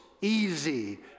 easy